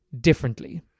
differently